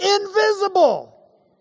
Invisible